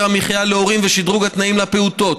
המחיה להורים ושדרוג התנאים לפעוטות,